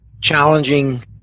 challenging